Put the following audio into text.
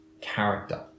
character